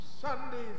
Sundays